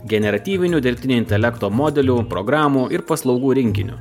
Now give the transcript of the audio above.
generatyvinių dirbtinio intelekto modelių programų ir paslaugų rinkiniu